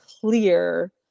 clear